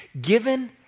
given